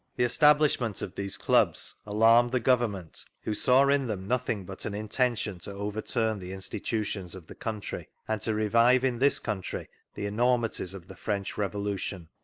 the establishment of these clubs alarmed the government, who saw in them nothing but an intention to overturn the institutions of the country, and to revive in this country the enormities of the french revolution.